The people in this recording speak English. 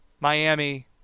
Miami